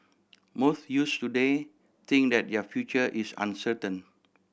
most youths today think that their future is uncertain